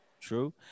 true